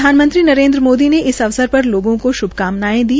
प्रधानमंत्री नरेन्द्र मोदी ने इस अवसर पर लोगों को श्भकामनाये दी